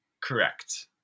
correct